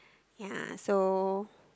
ya so